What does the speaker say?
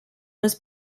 was